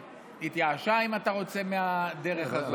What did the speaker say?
התייאשה, אם אתה רוצה, מהדרך הזאת.